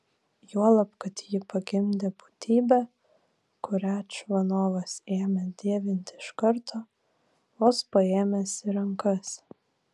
juolab kad ji pagimdė būtybę kurią čvanovas ėmė dievinti iš karto vos paėmęs į rankas